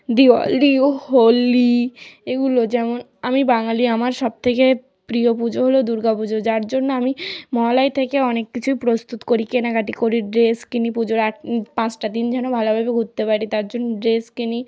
দিপাবলী ও হোলি এগুলো যেমন আমি বাঙালি আমার সবথেকে প্রিয় পুজো হলো দুর্গা পুজো যার জন্য আমি মহালয়া থেকে অনেক কিছু প্রস্তুত করি কেনাকাটি করি ড্রেস কিনি পুজোর আগ পাঁচটা দিন যেন ভালোভাবে ঘুরতে পারি তার জন্য ড্রেস কিনি